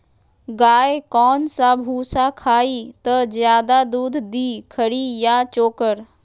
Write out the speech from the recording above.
गाय कौन सा भूसा खाई त ज्यादा दूध दी खरी या चोकर?